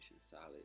solid